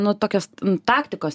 nu tokios taktikos